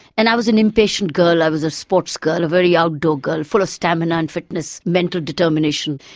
and i was an impatient girl, i was a sports girl, a very outdoor girl, full of stamina and fitness, mental determination,